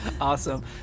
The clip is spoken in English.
awesome